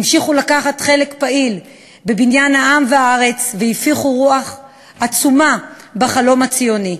המשיכו לקחת חלק פעיל בבניין העם והארץ והפיחו רוח עצומה בחלום הציוני.